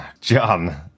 John